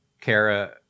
Kara